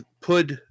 put